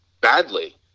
badly